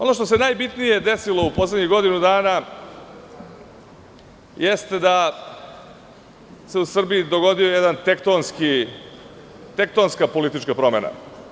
Ono što se najbitnije desilo u poslednjih godinu dana, jeste da se u Srbiji dogodila jedna tektonska politička promena.